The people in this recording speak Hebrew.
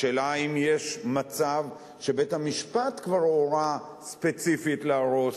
השאלה היא אם יש מצב שבית-המשפט כבר הורה ספציפית להרוס